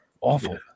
awful